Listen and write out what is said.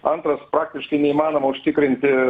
antras praktiškai neįmanoma užtikrinti